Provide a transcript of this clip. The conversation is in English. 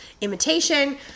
imitation